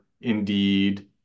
Indeed